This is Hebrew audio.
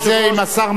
במקום הצעת חוק,